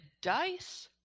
dice